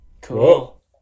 Cool